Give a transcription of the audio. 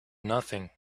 nothing